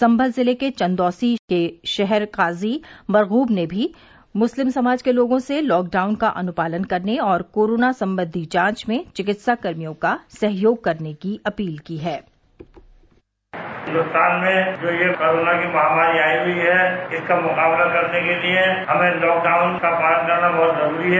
संभल जिले के चंदौसी के शहर काजी मरगूब ने भी मुस्लिम समाज के लोगों से लॉकडाउन का अनुपालन करने और कोरोना संबंधी जांच में चिकित्साकर्मियों का सहयोग करने की अपील की है हिन्दुस्तान में जो ये कोरोना की महामारी आई हुयी है इसका मुकाबला करने के लिए हमें लॉकडाउन का पालन करना बहुत जरूरी है